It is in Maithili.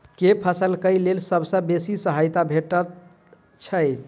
केँ फसल केँ लेल सबसँ बेसी सहायता भेटय छै?